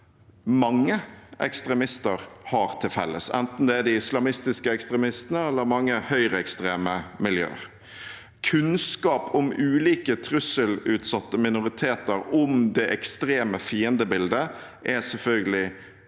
mange ekstremister har til felles, enten det er de islamistiske ekstremistene eller mange høyreekstreme miljøer. Kunnskap om ulike trusselutsatte minoriteter og om det ekstreme fiendebildet er selvfølgelig fundamentalt